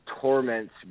torments